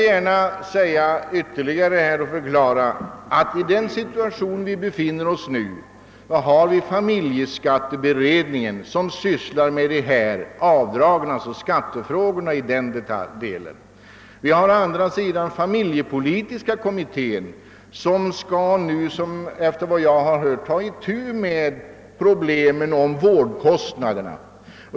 För närvarande sysslar familjeskatteberedningen med skattefrågorna, däribland avdragsspörsmålen. Vi har å andra sidan familjepolitiska kommittén som efter vad jag hört nu skall ta itu med problemen beträffande vårdkostnaderna.